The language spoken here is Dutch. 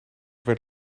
werd